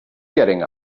getting